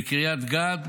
בקריית גת,